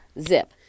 Zip